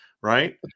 right